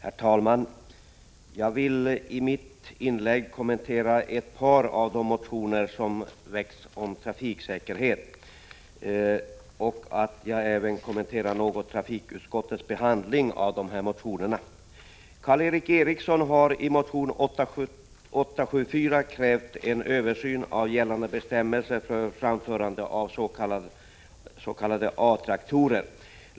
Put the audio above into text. Herr talman! Jag vill i mitt inlägg kommentera ett par av de motioner som har väckts om trafiksäkerhet samt trafikutskottets behandling av dessa motioner. Karl Erik Eriksson har i motion 874 krävt en översyn av gällande bestämmelser för framförande av s.k. A-traktorer.